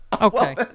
Okay